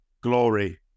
Glory